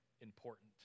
important